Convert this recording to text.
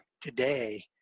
today